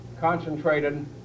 concentrated